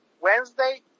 Wednesday